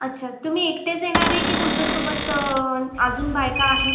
अच्छा तुम्ही एकटेच येणार आहे की तुमच्यासोबत अजून बायका आहेत